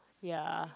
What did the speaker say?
ya